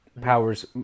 Powers